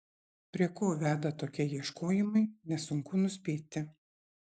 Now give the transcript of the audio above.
prie ko veda tokie ieškojimai nesunku nuspėti